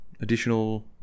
additional